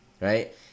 right